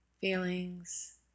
feelings